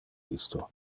isto